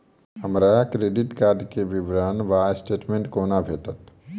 हमरा credit card केँ विवरण वा स्टेटमेंट कोना भेटत?